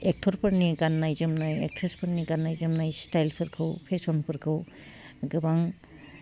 एक्टरफोरनि गान्नाय जोमनाय एक्ट्रिसफोरनि गान्नाय जोमनाय स्टाइलफोरखौ फेसनफोरखौ गोबां